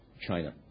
China